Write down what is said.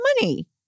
money